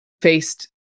faced